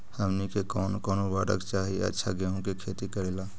हमनी के कौन कौन उर्वरक चाही अच्छा गेंहू के खेती करेला?